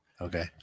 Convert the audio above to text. Okay